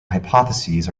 hypotheses